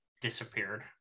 disappeared